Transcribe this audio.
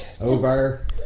Over